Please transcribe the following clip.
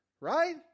Right